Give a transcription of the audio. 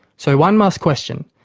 so, one must question,